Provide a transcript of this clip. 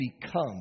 become